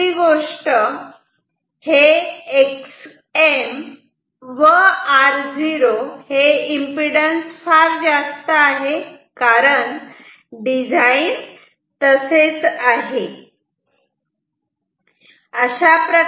आणि आता दुसरी गोष्ट हे Xm व R0 एमपीडन्स फार जास्त आहेत कारण डिझाईन तसे आहे